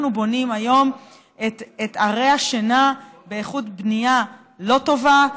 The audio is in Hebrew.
אנחנו בונים היום את ערי השינה באיכות בנייה לא טובה,